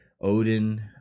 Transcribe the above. Odin